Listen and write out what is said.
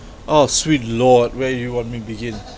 oh sweet lord where you want me to begin